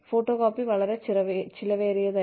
photocopy വളരെ ചെലവേറിയതായിരുന്നു